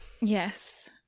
Yes